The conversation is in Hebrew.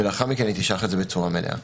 ולאחר מכן תשלח את זה בצורה מלאה.